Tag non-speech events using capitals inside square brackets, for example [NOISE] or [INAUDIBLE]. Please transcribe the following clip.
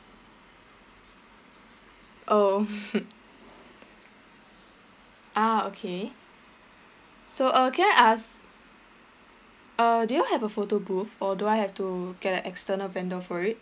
oh [LAUGHS] ah okay so uh can I ask uh do you all have a photo booth or do I have to get a external vendor for it